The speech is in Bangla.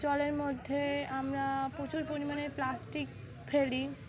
জলের মধ্যে আমরা প্রচুর পরিমাণে প্লাস্টিক ফেলি